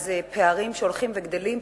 אז אלה פערים שהולכים וגדלים,